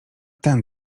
ten